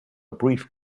brief